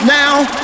now